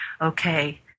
okay